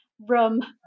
rum